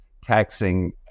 taxing